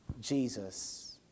Jesus